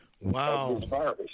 wow